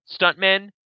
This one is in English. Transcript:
stuntmen